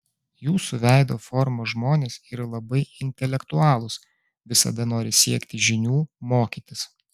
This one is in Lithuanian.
jūsų veido formos žmonės yra labai intelektualūs visada nori siekti žinių mokytis